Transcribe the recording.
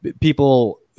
people